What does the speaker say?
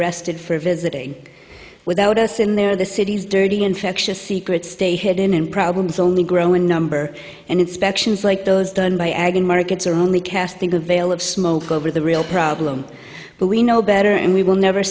arrested for visiting without us in there the city's dirty infectious secrets stay hidden and problems only grow in number and inspections like those done by agen markets are only casting a veil of smoke over the real problem but we know better and we will never